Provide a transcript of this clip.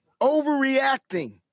overreacting